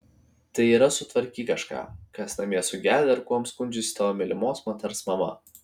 tai yra sutvarkyk kažką kas namie sugedę ar kuom skundžiasi tavo mylimos moters mama